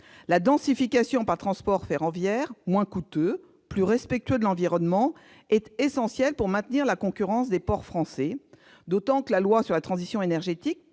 La densification par le transport ferroviaire, moins coûteux et plus respectueux de l'environnement, est essentielle pour maintenir la compétitivité des ports français, d'autant que la loi relative à la transition énergétique